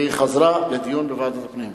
והיא חזרה לדיון בוועדת הפנים.